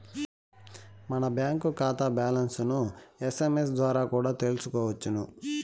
మన బాంకీ కాతా బ్యాలన్స్లను ఎస్.ఎమ్.ఎస్ ద్వారా కూడా తెల్సుకోవచ్చు